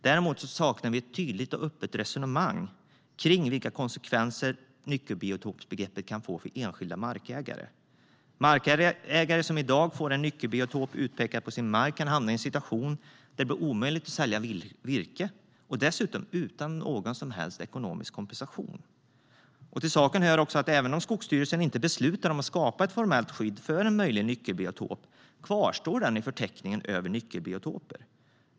Däremot saknar vi ett tydligt och öppet resonemang kring vilka konsekvenser nyckelbiotopsbegreppet kan få för enskilda markägare. Markägare som i dag får en nyckelbiotop utpekad på sin mark kan hamna i en situation där det blir omöjligt att sälja virke. Dessutom blir de utan någon som helst ekonomisk kompensation. Till saken hör att även om Skogsstyrelsen inte beslutar om att skapa ett formellt skydd för en möjlig nyckelbiotop kvarstår den i förteckningen över nyckelbiotoper.